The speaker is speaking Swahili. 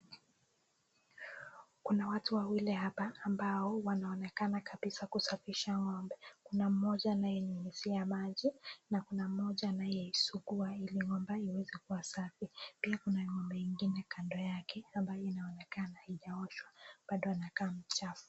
Kuna watu wawili hapa ambao wanaonekana kabisa kusafisha ng'ombe. Kuna mmoja anaynyunyizia maji na kuna moja anayesukua ili ng'ombe iweze kuwa safi pia kuna ng'ombe ingine kando yake ambayo inaonekana haijaoshwa bado anakaa mchafu.